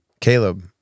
caleb